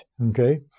Okay